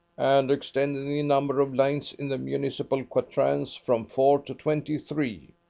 and extending the number of lines in the municipal quatrains from four to twenty-three.